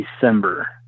December